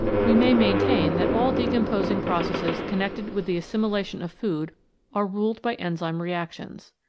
we may maintain that all decomposing processes connected with the assimilation of food are ruled by enzyme reactions.